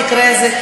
במקרה הזה,